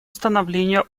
установления